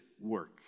work